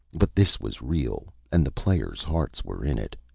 but this was real and the players' hearts were in it.